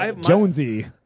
Jonesy